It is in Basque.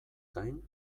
gain